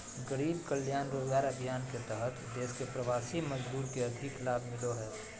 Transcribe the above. गरीब कल्याण रोजगार अभियान के तहत देश के प्रवासी मजदूर के अधिक लाभ मिलो हय